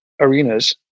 arenas